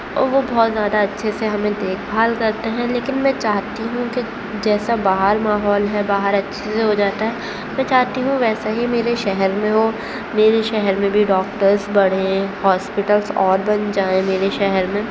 اور وہ بہت زیادہ اچھے سے ہمیں دیکھ بھال کرتے ہیں لیکن میں چاہتی ہوں کہ جیسا باہر ماحول ہے باہر اچھے سے ہو جاتا ہے میں چاہتی ہوں ویسا ہی میرے شہر میں ہو میرے شہر میں بھی ڈاکٹرس بڑھیں ہاسپٹلس اور بن جائیں میرے شہر میں